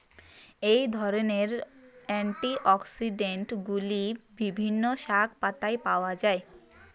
এই ধরনের অ্যান্টিঅক্সিড্যান্টগুলি বিভিন্ন শাকপাতায় পাওয়া য়ায়